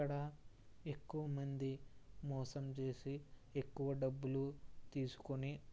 అక్కడ ఎక్కువ మంది మోసం చేసి ఎక్కువ డబ్బులు తీసుకొని